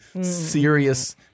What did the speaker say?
serious